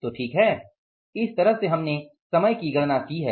तो ठीक है इस तरह से हमने समय की गणना की है